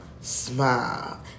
smile